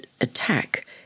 attack